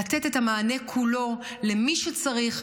לתת את המענה כולו למי שצריך,